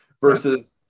versus